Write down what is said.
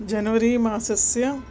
January मासस्य